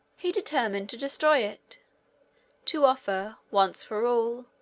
he determined to destroy it to offer, once for all,